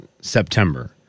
September